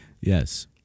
Yes